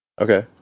Okay